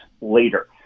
later